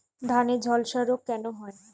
ধানে ঝলসা রোগ কেন হয়?